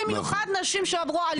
במיוחד של נשים שעברו אלימות.